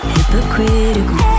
Hypocritical